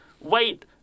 wait